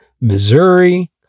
Missouri